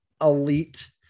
elite